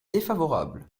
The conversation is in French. défavorable